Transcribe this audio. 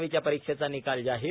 वीच्या परिक्षेचा निकाल जाहीर